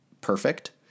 perfect